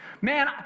Man